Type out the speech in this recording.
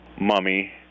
mummy